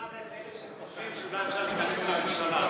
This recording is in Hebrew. שכנעת את אלה שחושבים שאולי אפשר להיכנס לממשלה.